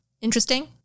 Interesting